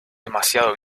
demasiado